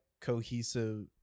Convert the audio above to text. cohesive